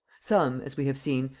some, as we have seen,